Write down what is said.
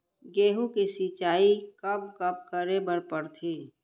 गेहूँ के सिंचाई कब कब करे बर पड़थे?